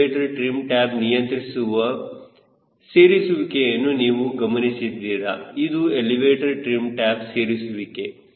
elevator trim tab ನಿಯಂತ್ರಿಸುವ ಸೇರಿಸುವಿಕೆಯನ್ನು ನೀವು ಗಮನಿಸಿದ್ದೀರಾ ಇದು ಎಲಿವೇಟರ್ ಟ್ರಿಮ್ ಟ್ಯಾಬ್ ಸೇರಿಸುವಿಕೆ